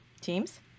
teams